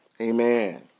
Amen